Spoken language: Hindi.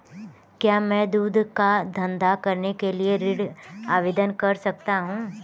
क्या मैं दूध का धंधा करने के लिए ऋण आवेदन कर सकता हूँ?